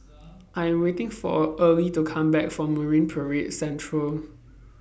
I'm waiting For Early to Come Back from Marine Parade Central